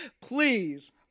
please